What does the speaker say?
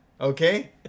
Okay